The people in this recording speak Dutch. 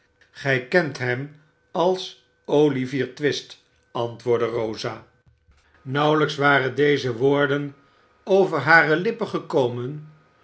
gij kent hem als olivier twist antwoordde rosa nauwelijks waren deze woorden over hare lippen gekomen